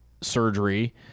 surgery